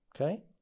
okay